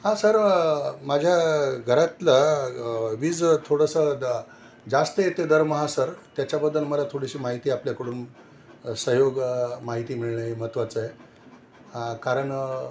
हा सर माझ्या घरातलं वीज थोडंसं द जास्त येते दरमहा सर त्याच्याबद्दल मला थोडीशी माहिती आपल्याकडून सहयोग माहिती मिळणे हे महत्त्वाचं आहे कारण